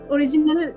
Original